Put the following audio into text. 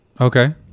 Okay